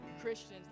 Christians